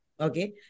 Okay